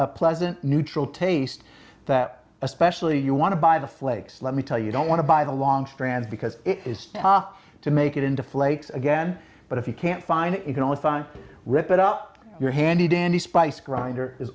a pleasant neutral taste that especially you want to buy the flakes let me tell you don't want to buy the long strand because it is tough to make it into flakes again but if you can't find it you can always find rip it off your handy dandy spice grinder is